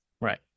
right